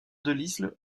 delisle